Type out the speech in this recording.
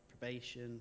probation